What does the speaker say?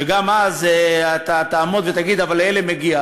וגם אז, אתה תעמוד ותגיד, אבל לאלה מגיע.